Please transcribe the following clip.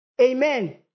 Amen